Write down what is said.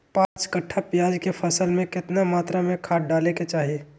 पांच कट्ठा प्याज के फसल में कितना मात्रा में खाद डाले के चाही?